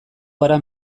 gara